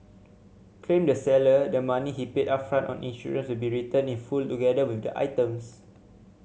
claimed the seller the money he paid upfront on insurance will be returned in full together with the items